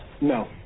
No